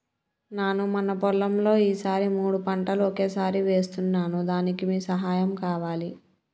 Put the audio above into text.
నాను మన పొలంలో ఈ సారి మూడు పంటలు ఒకేసారి వేస్తున్నాను దానికి మీ సహాయం కావాలి